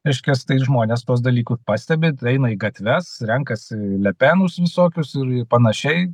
reiškias tai žmonės tuos dalykus pastebi eina į gatves renkasi lepenus visokius ir panašiai